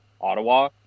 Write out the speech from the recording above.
Ottawa